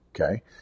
okay